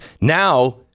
now